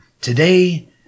Today